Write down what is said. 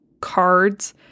cards